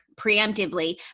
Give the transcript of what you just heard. preemptively